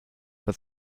for